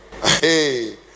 Hey